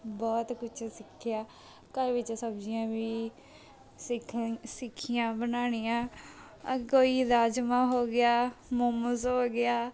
ਬਹੁਤ ਕੁਛ ਸਿੱਖਿਆ ਘਰ ਵਿੱਚ ਸਬਜ਼ੀਆਂ ਵੀ ਸਿੱਖੀ ਸਿੱਖੀਆ ਬਣਾਉਣੀਆਂ ਕੋਈ ਰਾਜ਼ਮਾਹ ਹੋ ਗਿਆ ਮੋਮੋਜ਼ ਹੋ ਗਿਆ